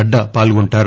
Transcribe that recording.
నడ్డా పాల్గొంటారు